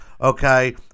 Okay